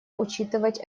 учитывать